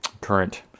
current